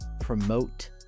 promote